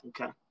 Okay